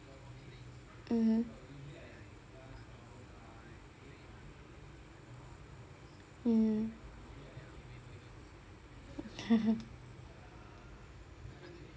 mmhmm mmhmm